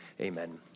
amen